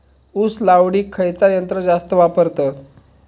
ऊस लावडीक खयचा यंत्र जास्त वापरतत?